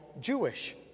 Jewish